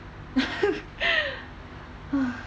!hais!